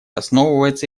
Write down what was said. основывается